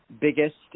biggest